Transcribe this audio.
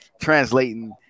translating